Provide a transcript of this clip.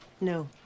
No